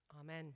Amen